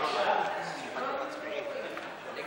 נא